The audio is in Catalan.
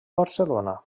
barcelona